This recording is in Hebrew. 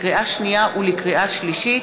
לקריאה שנייה ולקריאה שלישית,